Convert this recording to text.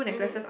mmhmm